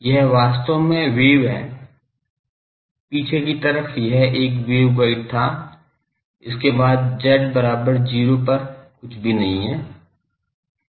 यह वास्तव में वेव है पीछे की तरफ यह एक वेवगाइड था इसके बाद z बराबर 0 पर कुछ भी नहीं है